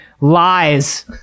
lies